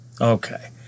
Okay